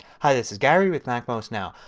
hi this is gary with macmost now.